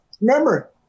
remember